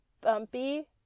bumpy